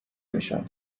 میشم